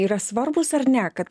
yra svarbūs ar ne kad